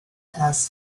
has